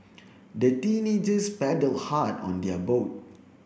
the teenagers paddled hard on their boat